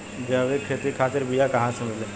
जैविक खेती खातिर बीया कहाँसे मिली?